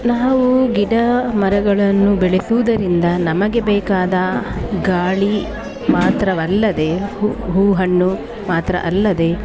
ನಾವು ಗಿಡ ಮರಗಳನ್ನು ಬೆಳೆಸುವುದರಿಂದ ನಮಗೆ ಬೇಕಾದ ಗಾಳಿ ಮಾತ್ರವಲ್ಲದೆ ಹು ಹೂ ಹಣ್ಣು ಮಾತ್ರ ಅಲ್ಲದೆ